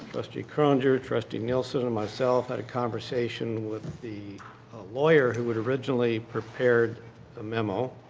trustee croninger, trustee nielsen, and myself had a conversation with the lawyer who had originally prepared the memo.